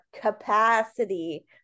capacity